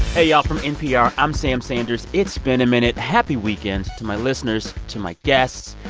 hey, y'all. from npr, i'm sam sanders. it's been a minute. happy weekend to my listeners, to my guests.